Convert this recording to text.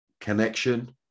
connection